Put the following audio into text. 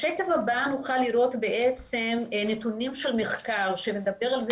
בשקף הבא נוכל לראות נתונים של מחקר שמדבר על כך